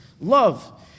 love